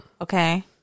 Okay